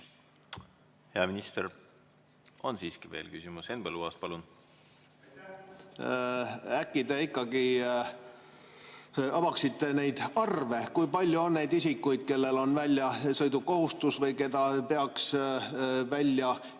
Hea minister ... On siiski veel küsimus. Henn Põlluaas, palun! Äkki te ikkagi avaksite neid arve, kui palju on neid isikuid, kellel on väljasõidukohustus või keda peaks välja